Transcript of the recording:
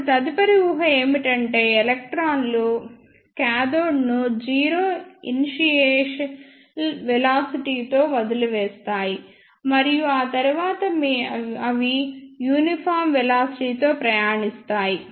ఇప్పుడు తదుపరి ఊహ ఏమిటంటే ఎలక్ట్రాన్లు కాథోడ్ను జీరో ఇనిషియల్ వెలాసిటీ తో వదిలివేస్తాయి మరియు ఆ తరువాత అవి యూనిఫామ్ వెలాసిటీతో ప్రయాణిస్తాయి